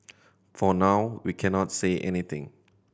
for now we cannot say anything